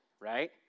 right